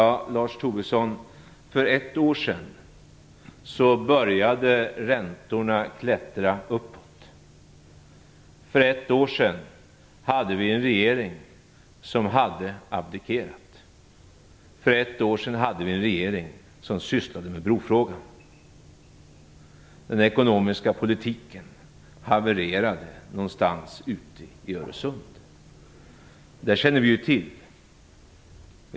För ett år sedan började räntorna klättra uppåt, Lars Tobisson. För ett år sedan hade vi en regering som hade abdikerat. För ett år sedan hade vi en regering som sysslade med brofrågan. Den ekonomiska politiken havererade någonstans ute i Öresund. Det känner vi till.